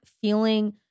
feeling